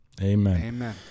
Amen